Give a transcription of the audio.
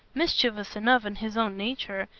mischievous enough in his own nature,